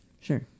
Sure